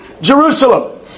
Jerusalem